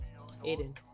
Aiden